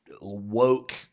woke